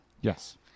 Yes